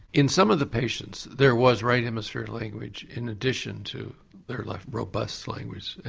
in some of the patients there was right hemisphere language in addition to their left, robust language,